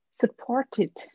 supported